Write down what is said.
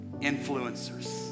influencers